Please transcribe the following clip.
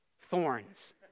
thorns